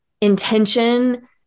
intention